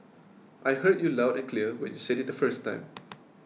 I heard you loud and clear when you said it the first time